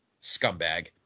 scumbag